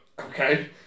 Okay